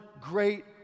great